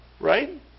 right